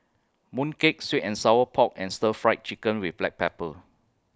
Mooncake Sweet and Sour Pork and Stir Fry Chicken with Black Pepper